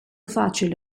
facile